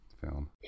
film